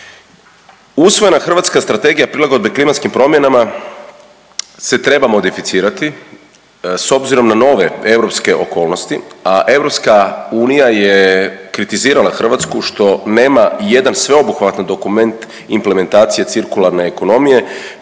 Usvojena hrvatska Strategija prilagodbe klimatskim promjenama se treba modificirati s obzirom na nove europske okolnosti, a EU je kritizirala Hrvatsku što nema jedan sveobuhvatan dokument implementacije cirkularne ekonomije